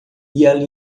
linha